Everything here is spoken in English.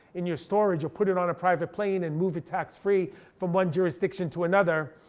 in your storage, or put it on a private plane and move it tax free from one jurisdiction to another.